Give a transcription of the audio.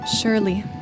Surely